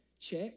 check